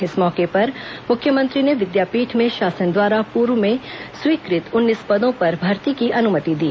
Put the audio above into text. इस मौके पर मुख्यमंत्री ने विद्यापीठ में शासन द्वारा पूर्व में स्वीकृत उन्नीस पदों पर भर्ती की अनुमति दी